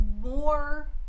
more